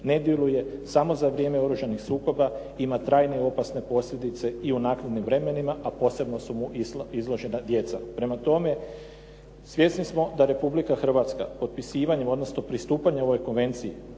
ne razumije./... samo za vrijeme oružanih sukoba, ima trajne i opasne posljedice i u naknadnim vremenima a posebno su mu izložena djeca. Prema tome, svjesni smo da Republika Hrvatska potpisivanjem odnosno pristupanjem ovoj konvenciji